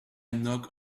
knock